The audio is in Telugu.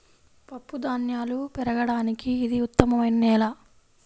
పప్పుధాన్యాలు పెరగడానికి ఇది ఉత్తమమైన నేల